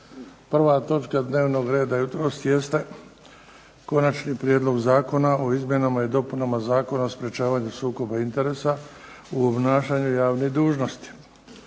1. točka dnevnog reda jutros jeste –- Konačni prijedlog Zakona o izmjenama i dopunama Zakona o sprječavanju sukoba interesa u obnašanju javnih dužnosti,